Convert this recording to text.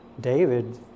David